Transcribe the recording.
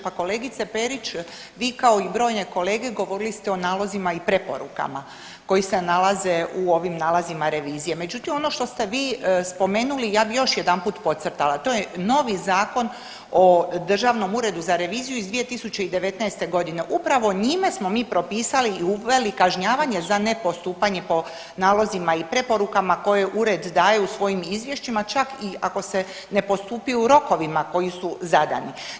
Pa kolegice Perić, vi kao i brojne kolege govorili ste o nalozima i preporukama koji se nalaze u ovim nalazima revizije, međutim ono što ste vi spomenuli ja bi još jedanput podcrtala, to je novi Zakon o državnom uredu za reviziju iz 2019.g., upravo njime smo mi propisali i uveli kažnjavanje za ne postupanje po nalozima i preporukama koje ured daje u svojim izvješćima, čak i ako se ne postupi u rokovima koji su zadani.